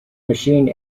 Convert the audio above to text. machine